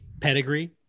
pedigree